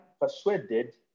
persuaded